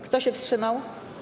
Kto się wstrzymał?